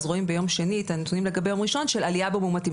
אז רואים ביום שני את הנתונים לגבי יום ראשון של עלייה במאומתים.